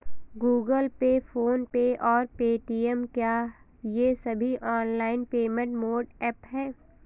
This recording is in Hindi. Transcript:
गूगल पे फोन पे और पेटीएम क्या ये सभी ऑनलाइन पेमेंट मोड ऐप हैं?